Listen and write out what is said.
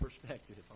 perspective